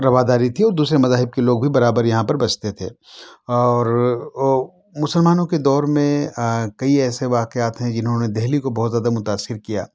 رواداری تھی دوسرے مذاہب کے لوگ بھی برابر یہاں پر بستے تھے اور مسلمانوں کے دور میں کئی ایسے واقعات ہیں جنھوں نے دہلی کو بہت زیادہ متاثر کیا